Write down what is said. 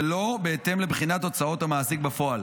ולא בהתאם לבחינת הוצאות המעסיק בפועל.